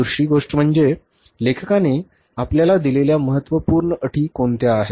दुसरी गोष्ट म्हणजे लेखकाने आपल्याला दिलेल्या महत्त्वपूर्ण अटी कोणत्या आहेत